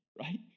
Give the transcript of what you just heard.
right